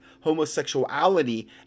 homosexuality